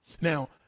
Now